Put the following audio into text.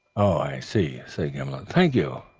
i see, said gimblet. thank you.